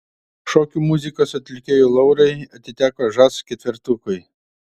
šokių muzikos atlikėjų laurai atiteko žas ketvertukui